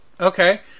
Okay